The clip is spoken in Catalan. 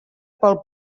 pel